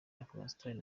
afghanistan